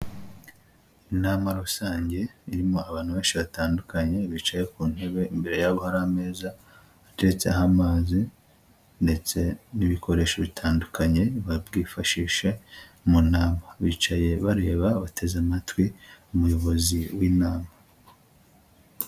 Inama rusange irimo abantu benshi batandukanye bicaye ku ntebe, imbere yabo hari ameza ateretseho amazi ndetse n'ibikoresho bitandukanye bari bwifashisha mu nama, bicaye bareba bateze amatwi umuyobozi w'inama.